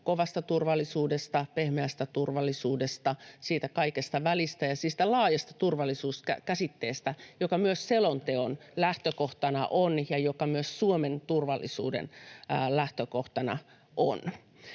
kovasta turvallisuudesta, pehmeästä turvallisuudesta, kaikesta siltä väliltä ja siitä laajasta turvallisuuskäsitteestä, joka on myös selonteon lähtökohtana ja joka on myös Suomen turvallisuuden lähtökohtana.